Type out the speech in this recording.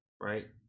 right